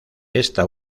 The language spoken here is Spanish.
esta